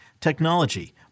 technology